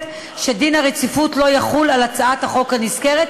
שדין הרציפות לא יחול על הצעת החוק הנזכרת.